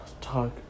talk